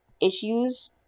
issues